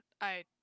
I-